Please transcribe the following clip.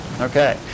Okay